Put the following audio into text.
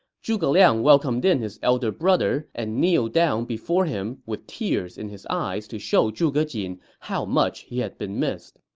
zhuge liang welcomed in his elder brother, and kneeled before him with tears in his eyes to show zhuge jin how much he had been missed.